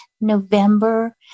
November